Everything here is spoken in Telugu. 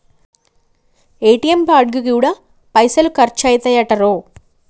ఏ.టి.ఎమ్ కార్డుకు గూడా పైసలు ఖర్చయితయటరో